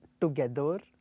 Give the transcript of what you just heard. together